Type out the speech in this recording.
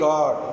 God